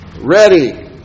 ready